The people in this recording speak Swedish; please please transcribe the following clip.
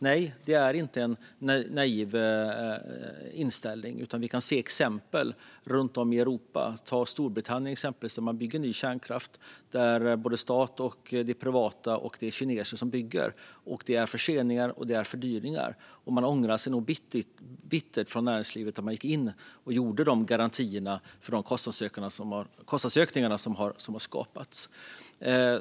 Nej, det är inte en naiv inställning, utan vi kan se exempel runt om i Europa. Ta till exempel Storbritannien, där man bygger ny kärnkraft och det är både staten, det privata och kineser som bygger. Det är förseningar och fördyringar, och näringslivet ångrar nog bittert att de gick in med garantier för de kostnadsökningar som har skapats.